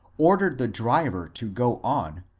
ordered the driver to go on,